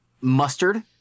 mustard